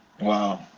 Wow